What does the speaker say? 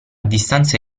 distanza